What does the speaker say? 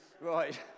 Right